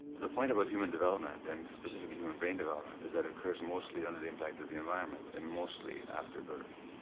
the point about human development and specifically human brain development is that it occurs mostly under the impact of the environment and mostly after birth.